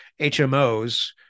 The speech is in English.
HMOs